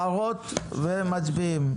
הערות ומצביעים.